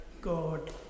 God